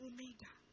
Omega